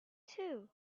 too